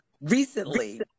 recently